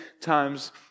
times